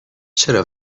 چرا